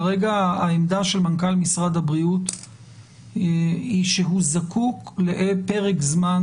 כרגע העמדה של מנכ"ל משרד הבריאות היא שהוא זקוק לפרק זמן